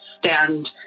stand